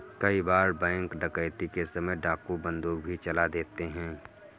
कई बार बैंक डकैती के समय डाकू बंदूक भी चला देते हैं